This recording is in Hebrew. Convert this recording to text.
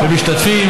ומשתתפים,